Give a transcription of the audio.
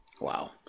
Wow